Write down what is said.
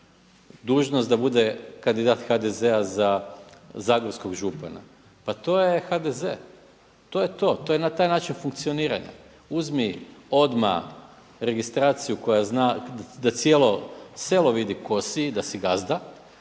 dužnost da bude kandidat HDZ-a za zagorskog župana. Pa to je HDZ, to je to, to je taj način funkcioniranja. Uzmi odmah registraciju koja je znak da cijelo selo vidi tko si i da si gazda,